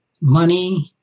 Money